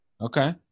Okay